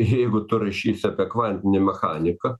jeigu tu rašysi apie kvantinę mechaniką